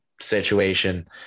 situation